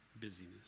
busyness